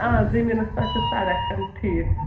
آ زٔمیٖنَس تانۍ چھِ سَڑک ٹھیٖک